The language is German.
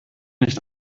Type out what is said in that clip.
nicht